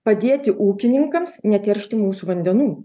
padėti ūkininkams neteršti mūsų vandenų